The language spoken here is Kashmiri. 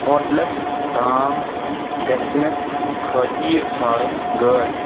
ہوٹلَس تام گژھنہٕ خٲطرٕ ژھانڈُن گٲڑۍ